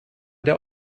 der